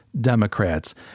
Democrats